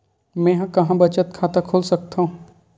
मेंहा कहां बचत खाता खोल सकथव?